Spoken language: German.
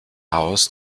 haus